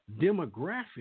demographic